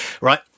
Right